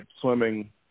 swimming